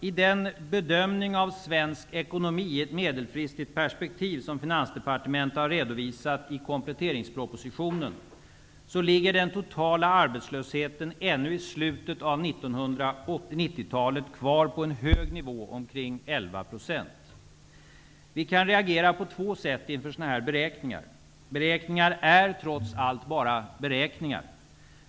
I den bedömning av svensk ekonomi i ett medelfristigt perspektiv som Finansdepartementet har redovisat i kompletteringspropositionen ligger den totala arbetslösheten ännu i slutet av 1990-talet kvar på en hög nivå -- omkring 11 %. Vi kan reagera på två sätt inför sådana här beräkningar. Beräkningar är trots allt bara beräkningar.